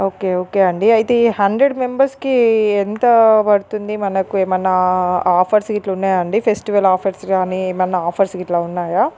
okay okay అండి అయితే ఈ హండ్రెడ్ మెంబర్స్కి ఎంత పడుతుంది మనకు ఏమన్నా ఆఫర్స్ ఇట్ల ఉన్నాయా అండి ఫెస్టివల్ ఆఫర్స్ కాని ఏమన్నా ఆఫర్స్ ఇట్ల ఉన్నాయా